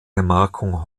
gemarkung